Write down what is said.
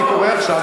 אני קורא עכשיו,